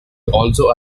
also